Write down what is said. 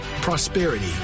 prosperity